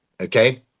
okay